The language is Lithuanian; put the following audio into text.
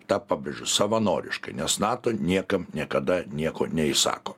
tą pabrėžiu savanoriškai nes nato niekam niekada nieko neįsako